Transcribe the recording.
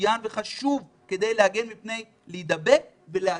מצוין וחשוב מפני הדבקה,